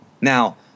Now